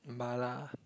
mala